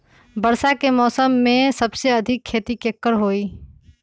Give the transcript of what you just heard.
वर्षा के मौसम में सबसे अधिक खेती केकर होई?